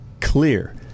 clear